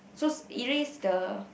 so erase the